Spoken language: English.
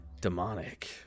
demonic